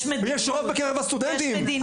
יש רוב בקרב הסטודנטים,